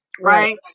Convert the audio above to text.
Right